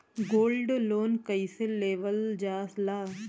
Gold loan कईसे लेवल जा ला?